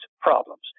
problems